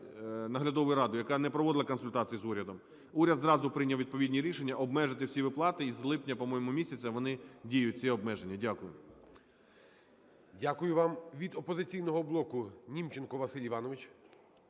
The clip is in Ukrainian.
наглядовою радою, яка не проводила консультацій з урядом, уряд зразу прийняв відповідні рішення обмежити всі виплати, і з липня, по-моєму, місяця вони діють, ці обмеження. Дякую. ГОЛОВУЮЧИЙ. Дякую вам. Від "Опозиційного блоку" Німченко Василь Іванович.